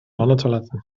mannentoiletten